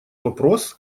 вопрос